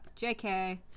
Jk